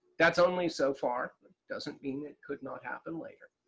that's only so far. it doesn't mean it could not happen later.